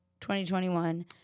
2021